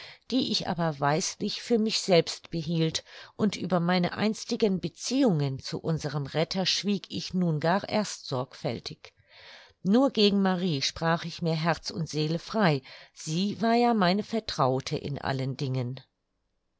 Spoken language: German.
die ich aber weislich für mich selbst behielt und über meine einstigen beziehungen zu unserem retter schwieg ich nun gar erst sorgfältig nur gegen marie sprach ich mir herz und seele frei sie war ja meine vertraute in allen dingen